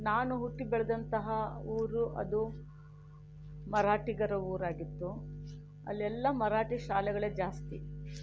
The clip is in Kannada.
ನಾನು ಹುಟ್ಟಿ ಬೆಳೆದಂತಹ ಊರು ಅದು ಮರಾಠಿಗರ ಊರಾಗಿತ್ತು ಅಲ್ಲೆಲ್ಲ ಮರಾಠಿ ಶಾಲೆಗಳೇ ಜಾಸ್ತಿ